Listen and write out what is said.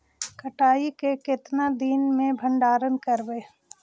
कटाई के कितना दिन मे भंडारन करबय?